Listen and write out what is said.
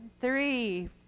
three